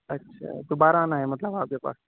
اچھا دوبارہ آنا ہے مطلب آپ کے پاس